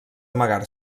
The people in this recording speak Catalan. amagar